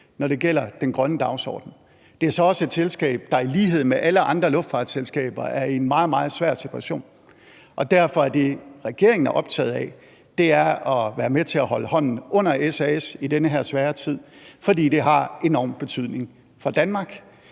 når det gælder den grønne dagsorden. Det er så også et selskab, der i lighed med alle andre luftfartsselskaber er i en meget, meget svær situation, og derfor er det, regeringen er optaget af, at være med til at holde hånden under SAS i den her svære tid, fordi det har enorm betydning for Danmark.